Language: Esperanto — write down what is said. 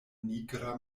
nigra